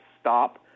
stop